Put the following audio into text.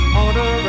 order